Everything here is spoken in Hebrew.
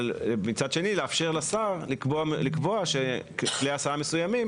אבל מצד שני לאפשר לשר לקבוע שכלי הסעה מסוימים